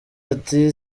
ati